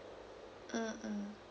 mm